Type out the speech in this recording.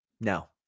No